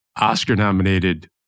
Oscar-nominated